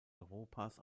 europas